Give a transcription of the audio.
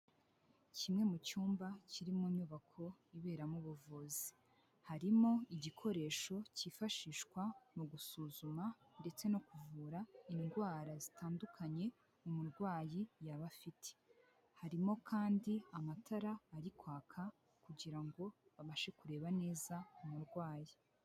Kimwe mu cyumba kiri mu nyubako iberamo ubuvuzi. Harimo igikoresho cyifashishwa mu gusuzuma ndetse no kuvura indwara zitandukanye umurwayi yaba afite. Harimo kandi, amatara ari kwaka kugira ngo babashe kureba neza umurwayi.